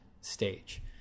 stage